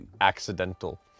accidental